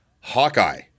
Hawkeye